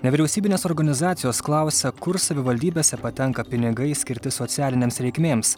nevyriausybinės organizacijos klausia kur savivaldybėse patenka pinigai skirti socialinėms reikmėms